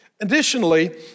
Additionally